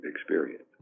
experience